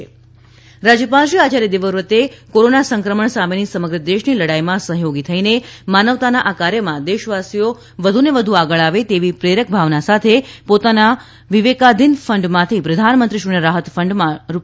રાજયપાલ કોરોના રાજ્યપાલ શ્રી આચાર્ય દેવવ્રતે કોરોના સંક્રમણ સામેની સમગ્ર દેશની લડાઇમાં સહયોગી થઇને માનવતાના આ કાર્યમાં દેશવાસીઓ વધુને વધુ આગળ આવે તેવી પ્રેરક ભાવના સાથે પોતાના વિવિકાધિન ફંડમાંથી પ્રધાનમંત્રીશ્રીના રાહત ફંડમાં રૃ